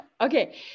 Okay